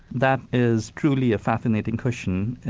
that is truly a fascinating question.